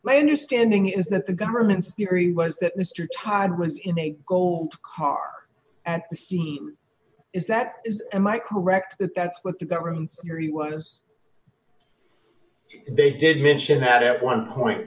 my understanding is that the government's theory was that mr todd was in a gold car at the scene is that is am i correct that that's what the government's theory was they did mention that at one point